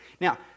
Now